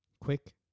Quick